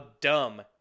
dumb